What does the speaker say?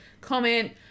comment